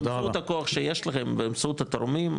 קחו את הכוח שיש לכם באמצעות התורמים.